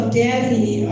daddy